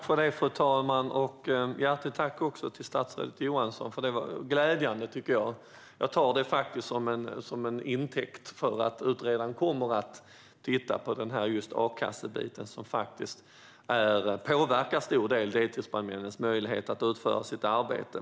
Fru talman! Hjärtligt tack till statsrådet Johansson! Detta var glädjande. Jag tar svaret till intäkt för att utredaren kommer att titta på a-kassebiten, som påverkar en stor del av deltidsbrandmännens möjlighet att utföra sitt arbete.